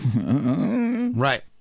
right